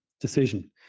decision